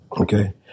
Okay